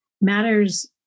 matters